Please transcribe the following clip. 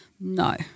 No